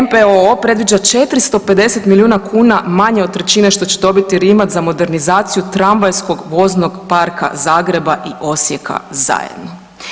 NPOO predviđa 450 milijuna kuna, manje od trećine što će dobiti Rimac za modernizaciju tramvajskog voznog parka Zagreba i Osijeka zajedno.